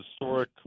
historic